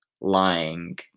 lying